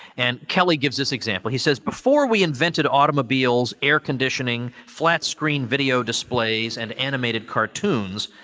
and, kelly gives us example. he says, before we invented automobiles, air-conditioning, flat screen video displays, and animated cartoons,